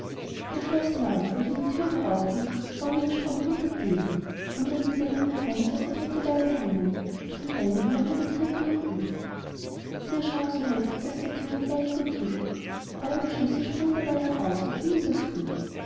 da schloß sie auf und wie die thüre aufging schwomm ihr ein strom blut entgegen und an den wänden herum sah sie todte weiber hängen und von einigen waren nur die gerippe noch übrig sie erschrack so heftig daß sie die thüre gleich wieder zuschlug aber der schlüssel sprang dabei heraus und fiel in das blut